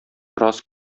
рас